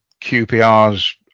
QPR's